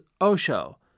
Osho